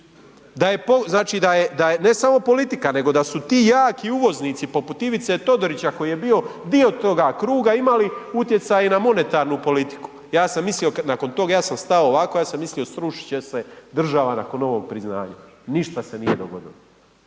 ne samo politika nego da su ti jaki uvoznici poput Ivice Todorića koji je bio dio tog kruga imali utjecaj i na monetarnu politiku. Ja sam mislio nakon tog, ja sam stao ovako, ja sam mislio srušit će se država nakon ovog priznanja. Ništa se nije dogodilo